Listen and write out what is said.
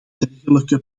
dergelijke